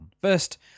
First